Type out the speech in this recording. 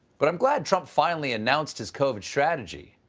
but i'm glad trump finally announced his covid strategy.